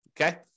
Okay